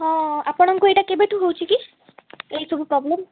ହଁ ଆପଣଙ୍କୁ ଏଇଟା କେବେଠୁ ହେଉଛି କି ଏଇ ସବୁ ପ୍ରୋବ୍ଲେମ୍